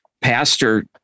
pastor